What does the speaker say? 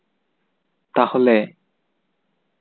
ᱛᱟᱦᱚᱞᱮ